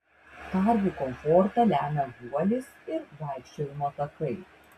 karvių komfortą lemia guolis ir vaikščiojimo takai